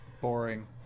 Boring